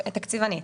תקציבנית.